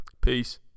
peace